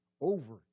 Over